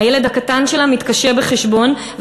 הילד הקטן שלה מתקשה בחשבון,